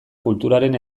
kulturaren